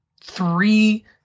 three